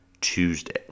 Tuesday